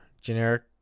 Generic